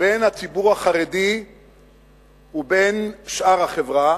בין הציבור החרדי ובין שאר החברה,